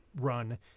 run